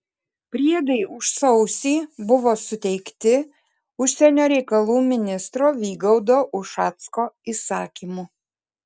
priedai už sausį buvo suteikti užsienio reikalų ministro vygaudo ušacko įsakymu